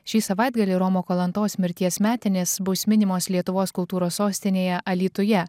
šį savaitgalį romo kalantos mirties metinės bus minimos lietuvos kultūros sostinėje alytuje